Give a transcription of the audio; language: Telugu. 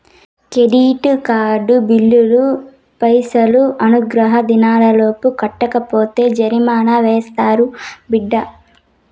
కెడిట్ కార్డు బిల్లులు పైసలు అనుగ్రహ దినాలలోపు కట్టకపోతే జరిమానా యాస్తారు బిడ్డా